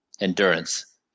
Endurance